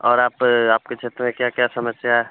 और आप आपके क्षेत्र में क्या क्या समस्या